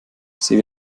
sie